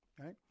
right